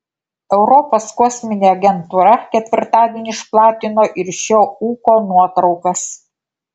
europos kosminė agentūra ketvirtadienį išplatino ir šio ūko nuotraukas